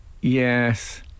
Yes